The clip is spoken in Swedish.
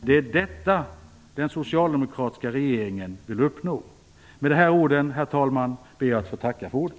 Det är detta den socialdemokratiska regeringen vill uppnå! Med de orden, herr talman, ber jag att få tacka för ordet.